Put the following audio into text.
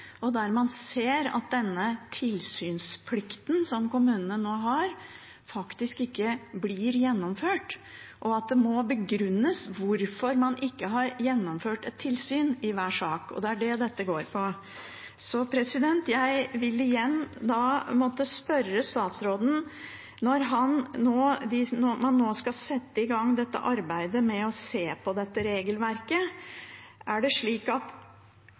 der man ser at denne tilsynsplikten som kommunene nå har, faktisk ikke blir gjennomført, og at det må begrunnes hvorfor man ikke har gjennomført et tilsyn i hver sak. Det er det dette handler om. Så jeg vil igjen måtte spørre statsråden når man nå skal sette i gang arbeidet med å se på dette regelverket: Er det slik at